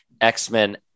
X-Men